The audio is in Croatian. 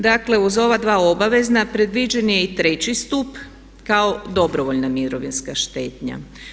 Dakle, uz ova dva obavezna predviđen je i treći stup kao dobrovoljna mirovinska štednja.